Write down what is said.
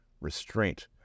restraint